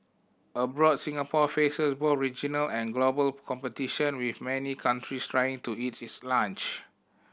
abroad Singapore faces both regional and global competition with many countries trying to eat its lunch